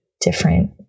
different